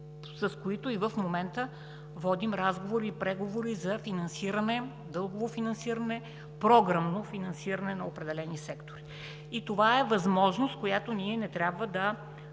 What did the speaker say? с които и в момента водим разговори и преговори за дългово финансиране, програмно финансиране на определени сектори. Това е възможност, от която ние не трябва да